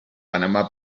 panamà